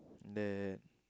the